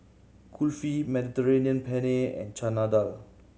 Kulfi Mediterranean Penne and Chana Dal